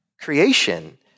creation